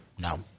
No